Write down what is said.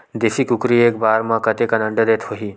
देशी कुकरी एक बार म कतेकन अंडा देत होही?